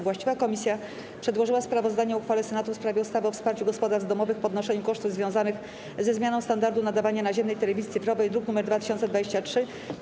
Właściwa komisja przedłożyła sprawozdanie o uchwale Senatu w sprawie ustawy o wsparciu gospodarstw domowych w ponoszeniu kosztów związanych ze zmianą standardu nadawania naziemnej telewizji cyfrowej, druk nr 2023.